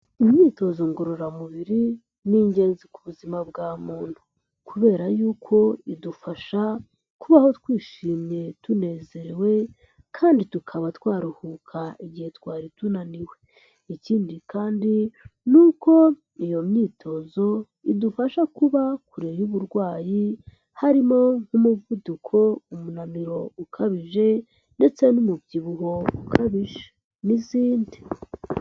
Imyitozo ngororamubiri ni ingenzi ku buzima bwa muntu, kubera y'uko idufasha kubaho twishimye, tunezerewe, kandi tukaba twaruhuka igihe twari tunaniwe, ikindi kandi ni uko iyo myitozo idufasha kuba kure y'uburwayi, harimo nk'umuvuduko, umunaniro ukabije, ndetse n'umubyibuho ukabije, n'izindi.